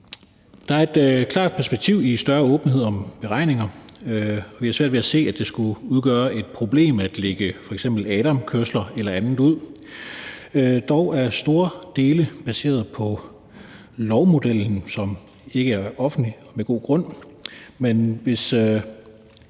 Der er et klart perspektiv i større åbenhed om beregninger. Vi har svært ved at se, at det skulle udgøre et problem at lægge f.eks. ADAM-kørsler eller andet ud. Dog er store dele baseret på lovmodellen, som med god grund